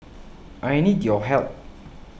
I need your help